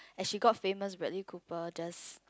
as she got famous Bradley-Cooper just